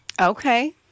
Okay